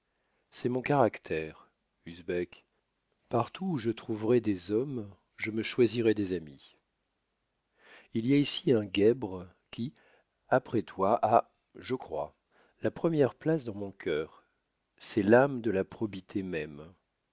c'est mon caractère usbek partout où je trouverai des hommes je me choisirai des amis il y a ici un guèbre qui après toi a je crois la première place dans mon cœur c'est l'âme de la probité même